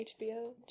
HBO